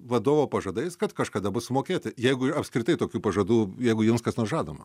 vadovo pažadais kad kažkada bus sumokėta jeigu apskritai tokių pažadų jeigu jums kas nors žadama